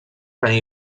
tenir